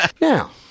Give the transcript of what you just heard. Now